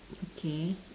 okay